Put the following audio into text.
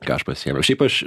ką aš pasiėmiau šiaip aš